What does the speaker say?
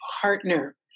partner